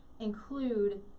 include